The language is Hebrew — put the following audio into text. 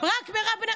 רק מירב בן ארי?